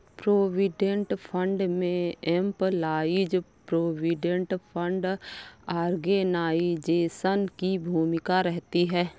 provident fund में employees provident fund organisation की भूमिका रहती है